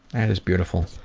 that is beautiful,